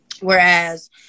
Whereas